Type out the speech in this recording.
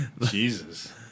Jesus